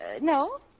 No